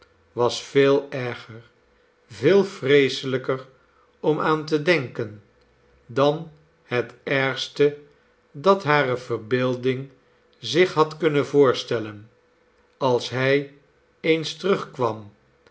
was veel erger veel vreeselijker om aan te denken dan het ergste dat hare verbeelding zich had kunnen voorstellen als hij eens terugkwam